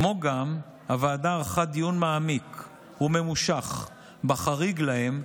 כמו גם ערכה דיון מעמיק וממושך בחריג להם,